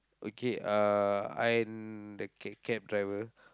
okay uh I and the c~ cab driver